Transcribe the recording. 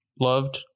loved